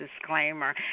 disclaimer